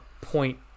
point